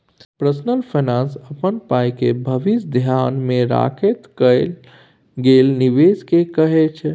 personal finance अपन पाइके भबिस धेआन मे राखैत कएल गेल निबेश केँ कहय छै